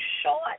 short